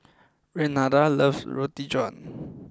Renada loves Roti John